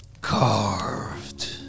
Carved